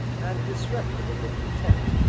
and disreputable-looking tent,